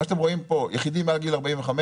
פה אתם רואים יחידים מעל גיל 45,